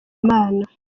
imana